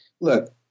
look